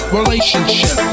relationship